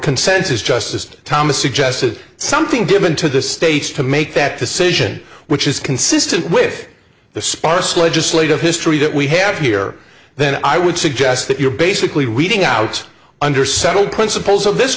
consensus justice thomas suggested something given to the states to make that decision which is consistent with the sparse legislative history that we have here then i would suggest that you're basically weeding out under settled principles of this